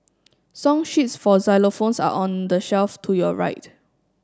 song sheets for xylophones are on the shelf to your right